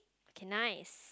okay nice